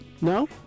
No